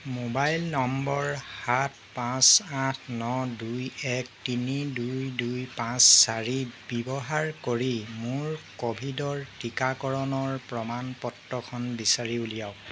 mobile নম্বৰ সাত পাঁচ আঠ ন দুই এক তিনি দুই দুই পাঁচ চাৰি ব্যৱহাৰ কৰি মোৰ ক'ভিডৰ টীকাকৰণৰ প্ৰমাণ পত্ৰখন বিচাৰি উলিয়াওক